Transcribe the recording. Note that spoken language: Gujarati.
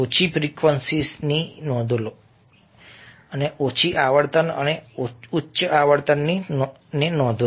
ઓછી ફ્રીક્વન્સીઝની નોંધો ઓછી આવર્તન અને ઉચ્ચ આવર્તનની નોંધો